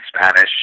Spanish